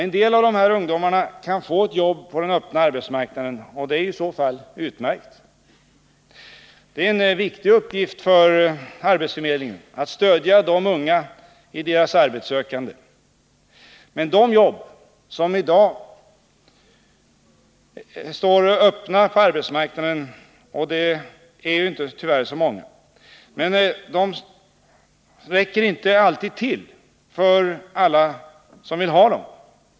En del av de ungdomarna kan få ett jobb på den öppna arbetsmarknaden. Det är i så fall utmärkt. Det är en viktig uppgift för arbetsförmedlingen att stödja de unga i deras arbetssökande. Men de arbeten som i dag står öppna för 16-17-åringar på arbetsmarknaden — det är tyvärr inte så många — räcker inte alltid till för alla som vill ha dem.